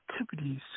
activities